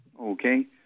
Okay